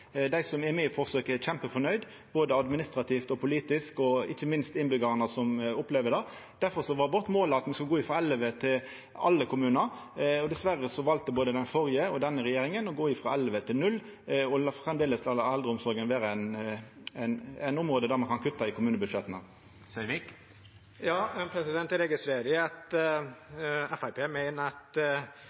Dei som er med i forsøket, er kjempefornøgde, både administrativt, politisk og ikkje minst innbyggjarane som opplever det. Difor var vårt mål at me skulle gå frå elleve til alle kommunar. Dessverre valde både den førre og denne regjeringa å gå frå elleve til null og framleis la eldreomsorga vera eit område der ein kan kutta i kommunebudsjetta. Jeg registrerer